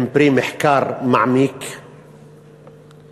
הם פרי מחקר מעמיק וכולל,